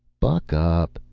buck up!